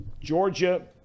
Georgia